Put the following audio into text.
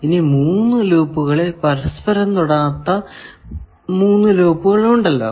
ഇനി ഈ മൂന്ന് ലൂപ്പുകളിൽ പരസ്പരം തൊടാത്ത 3 ലൂപ്പുകൾ ഉണ്ടോ